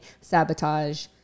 sabotage